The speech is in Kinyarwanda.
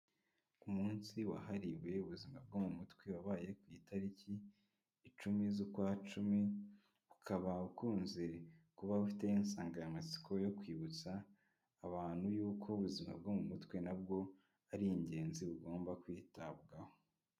Umunsi wahariwe ubuzima bwo mu mutwe, wabaye ku itariki icumi z'ukwa cumi, ukaba ukunze kuba ufite insanganyamatsiko yo kwibutsa abantu yuko ubuzima bwo mu mutwe, nabwo ari ingenzi bugomba kwitabwaho.